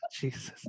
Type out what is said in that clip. Jesus